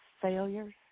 failures